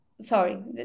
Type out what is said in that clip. sorry